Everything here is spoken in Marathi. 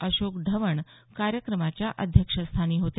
अशोक ढवण कार्यक्रमाच्या अध्यक्षस्थानी होते